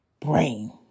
brain